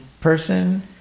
person